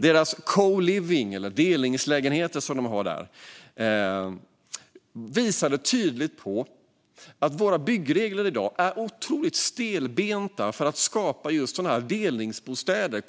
De co-living eller delningslägenheter som de har där visar tydligt att dagens byggregler är otroligt stelbenta när det gäller att skapa just co-living eller delningsbostäder.